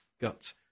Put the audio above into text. gut